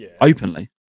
openly